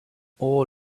all